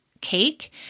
cake